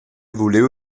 vuliu